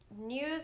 news